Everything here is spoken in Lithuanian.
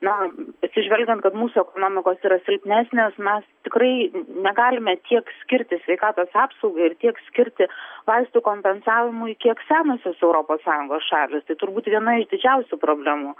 na atsižvelgiant kad mūsų ekonomikos yra silpnesnės mes tikrai negalime tiek skirti sveikatos apsaugai ir tiek skirti vaistų kompensavimui kiek senosios europos sąjungos šalys tai turbūt viena iš didžiausių problemų